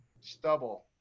stubble